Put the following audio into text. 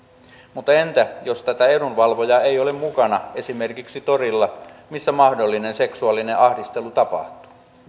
mutta entä jos tätä edunvalvojaa ei ole mukana esimerkiksi torilla missä mahdollinen seksuaalinen ahdistelu tapahtuu